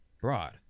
broad